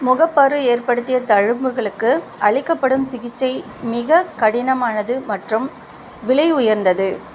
முகப்பரு ஏற்படுத்திய தழும்புகளுக்கு அளிக்கப்படும் சிகிச்சை மிகக் கடினமானது மற்றும் விலை உயர்ந்தது